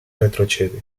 retrocede